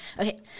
Okay